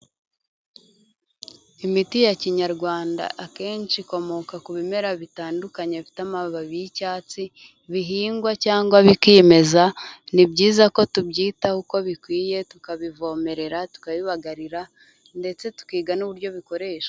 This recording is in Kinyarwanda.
Imiti ya kinyarwanda akenshi ikomoka ku bimera bitandukanye bifite amababi y'icyatsi bihingwa cyangwa bikimeza, ni byiza ko tubyitaho uko bikwiye, tukabivomerera, tukabibagarira ndetse tukiga n'uburyo bikoreshwa.